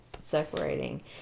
separating